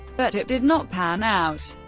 but it did not pan out.